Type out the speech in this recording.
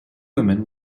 women